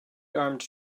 armed